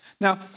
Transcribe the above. Now